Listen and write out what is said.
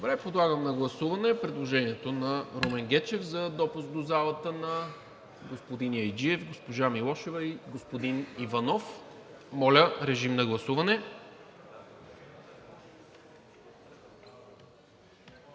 Гечев. Подлагам на гласуване предложението на Румен Гечев за допуск до залата на господин Яйджиев, госпожа Милошева и господин Иванов. Моля, режим на гласуване.